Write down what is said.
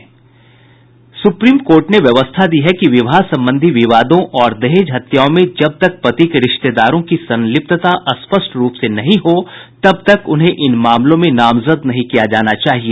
supreme court ने व्यवस्था दी कि विवाह संबंधी विवादों और दहेज हत्याओं में जब तक पति के रिश्तेदारों की संलिप्तता स्पष्ट रूप से नहीं हो तब तक उन्हें इन मामलों में नामजद नहीं किया जाना चाहिए